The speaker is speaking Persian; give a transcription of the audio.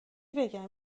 بگم